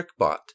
TrickBot